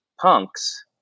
punks